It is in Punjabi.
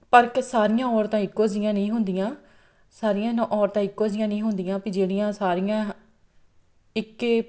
ਪਰ ਕਿ ਸਾਰੀਆਂ ਔਰਤਾਂ ਇੱਕੋ ਜਿਹੀਆਂ ਨਹੀਂ ਹੁੰਦੀਆਂ ਸਾਰੀਆਂ ਨ ਔਰਤਾਂ ਇੱਕੋ ਜਿਹੀਆਂ ਨਹੀਂ ਹੁੰਦੀਆਂ ਵੀ ਜਿਹੜੀਆਂ ਸਾਰੀਆਂ ਇੱਕੇ